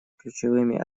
ключевыми